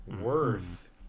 worth